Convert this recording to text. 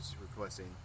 requesting